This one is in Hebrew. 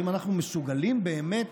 האם אנחנו מסוגלים באמת,